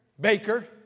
Baker